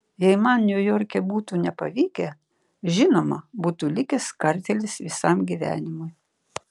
jei man niujorke būtų nepavykę žinoma būtų likęs kartėlis visam gyvenimui